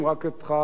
אדוני השר,